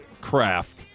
craft